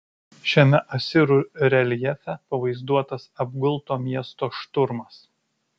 šiame asirų reljefe pavaizduotas apgulto miesto šturmas